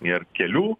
ir kelių